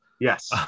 Yes